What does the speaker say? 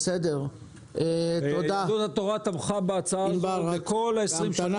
לדיון הקודם